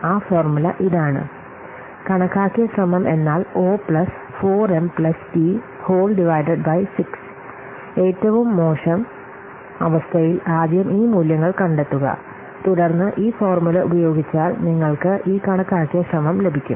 ആ ഫോർമുല ഇതാണ് കണക്കാക്കിയ ശ്രമം O 4M P 6 ഏറ്റവും മോശം അവസ്ഥയിൽ ആദ്യം ഈ മൂല്യങ്ങൾ കണ്ടെത്തുക തുടർന്ന് ഈ ഫോർമുല ഉപയോഗിച്ചാൽ നിങ്ങൾക്ക് ഈ കണക്കാക്കിയ ശ്രമം ലഭിക്കും